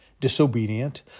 disobedient